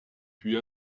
puis